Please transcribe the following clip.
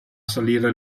salire